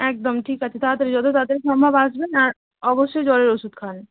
একদম ঠিক আছে তাড়াতাড়ি যত তাড়াতাড়ি সম্ভব আসবেন আর অবশ্যই জ্বরের ওষুধ খান